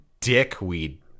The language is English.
dickweed